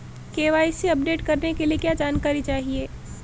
KYC update करने के लिए क्या जानकारी चाहिए?